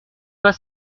pas